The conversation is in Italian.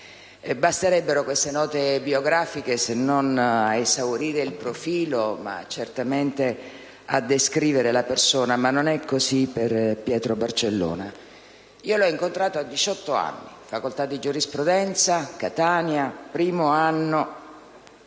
Io l'ho incontrato a diciotto anni: facoltà di giurisprudenza, Catania, primo anno,